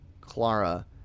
Clara